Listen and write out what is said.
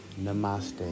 Namaste